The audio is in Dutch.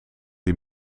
die